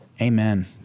Amen